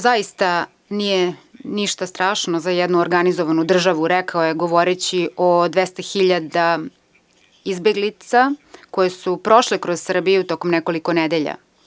To zaista nije ništa strašno za jednu organizovanu državu, rekao je, govoreći o 200 hiljada izbeglica koje su prošle kroz Srbiju tokom nekoliko nedelja.